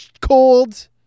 cold